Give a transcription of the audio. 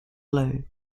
blue